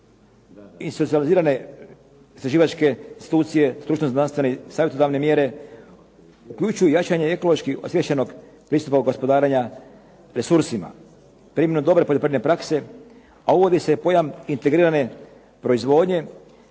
… istraživačke institucije, stručno znanstvene savjetodavne mjere uključuje jačanje ekološki osviještenog pristupa gospodarenja resursima. Primjenom dobre poljoprivredne prakse a uvodi se pojam integrirane proizvodnje,